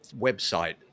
website